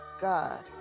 God